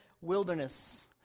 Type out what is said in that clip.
wilderness